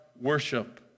worship